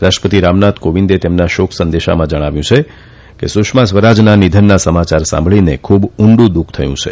રાષ્ટ્રપતિ રામનાથ કોવિંદે તેમના શોક સંદેશામાં જણાવ્યું છે કે સુષ્મા સ્વરાજના નિધનના સમાચાર સાંભળીને ખુબ ઉંડુ દુઃખ થયું છે